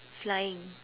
flying